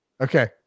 Okay